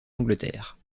angleterre